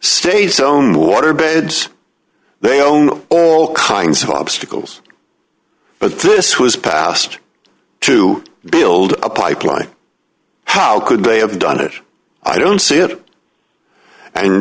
states own water beds they own all kinds of obstacles but this was passed to build a pipeline how could they have done it i don't see it and